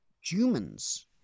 humans